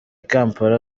kampala